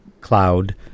Cloud